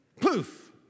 Poof